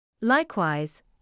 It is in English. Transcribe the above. Likewise